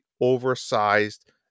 oversized